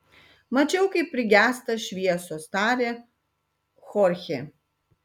mačiau kaip prigęsta šviesos tarė chorchė